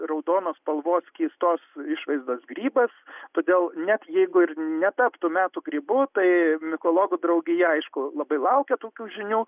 raudonos spalvos keistos išvaizdos grybas todėl net jeigu ir netaptų metų grybu tai mikologų draugija aišku labai laukia tokių žinių